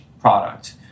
product